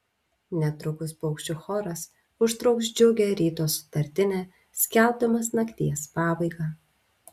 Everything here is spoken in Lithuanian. netrukus paukščių choras užtrauks džiugią ryto sutartinę skelbdamas nakties pabaigą